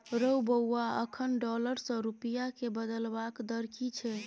रौ बौआ अखन डॉलर सँ रूपिया केँ बदलबाक दर की छै?